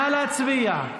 נא להצביע.